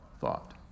thought